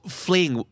fling